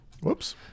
whoops